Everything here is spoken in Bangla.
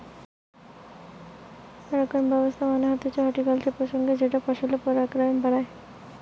পরাগায়ন ব্যবস্থা মানে হতিছে হর্টিকালচারাল প্র্যাকটিসের যেটা ফসলের পরাগায়ন বাড়ায়